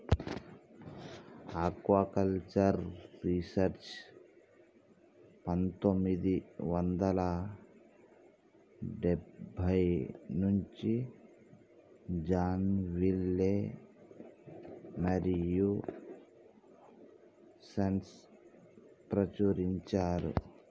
aquaculture research పందొమ్మిది వందల డెబ్బై నుంచి జాన్ విలే మరియూ సన్స్ ప్రచురించారు